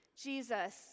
Jesus